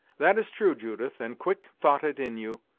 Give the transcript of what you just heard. that is true, judith, and quick-thoughted in you.